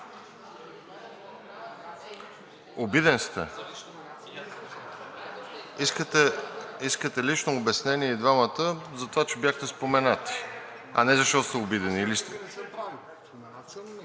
Обиден сте? Искате лично обяснение и двамата, затова че бяхте споменати, а не защото сте обидени?